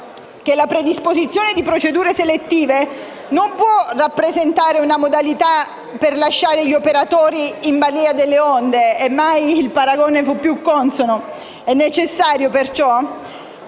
la predisposizione di procedure selettive non può rappresentare una modalità per lasciare gli operatori in "balia delle onde" (e mai paragone fu più consono): è necessario, perciò,